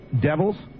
Devils